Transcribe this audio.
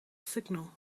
signal